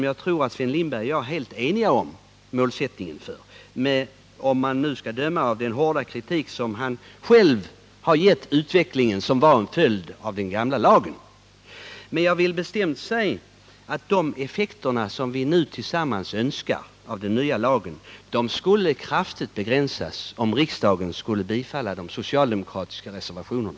Jag tror att Sven Lindberg och jag är helt eniga om målsättningen för denna utveckling, om jag nu skall döma av den hårda kritik som han själv har riktat mot den utveckling som var en följd av den gamla lagen. Men jag vill bestämt säga att de effekter av den nya lagen som vi nu tillsammans önskar skulle kraftigt begränsas, om riksdagen skulle bifalla de socialdemokratiska reservationerna.